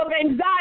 anxiety